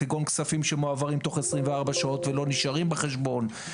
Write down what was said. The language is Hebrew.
כגון כספים שמועברים תוך 24 שעות ולא נשארים בחשבון.